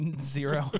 Zero